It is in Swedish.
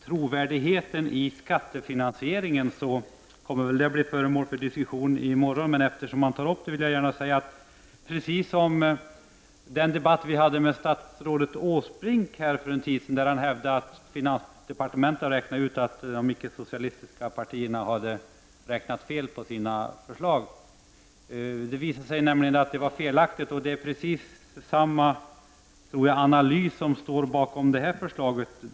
Trovärdigheten i skattefinansieringen kommer väl att bli föremål för diskussion i morgon, men eftersom Roland Sundgren tar upp det vill jag gärna säga några ord om den saken. Vi hade en debatt med statsrådet Åsbrink här för en tid sedan, där han hävdade att finansdepartementet hade räknat ut att de icke-socialistiska partierna hade räknat fel på sina förslag. Den analysen visade sig vara felaktig. Jag tror att det är precis samma slags analys som står bakom det här förslaget.